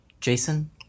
Jason